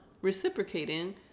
reciprocating